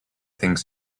things